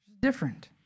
Different